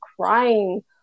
crying